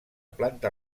planta